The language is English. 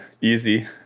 easy